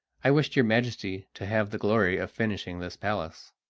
i wished your majesty to have the glory of finishing this palace.